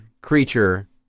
creature